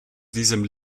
diesem